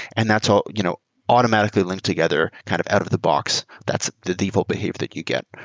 and that's ah you know automatically linked together kind of out of the box. that's the default behavior that you get.